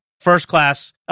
first-class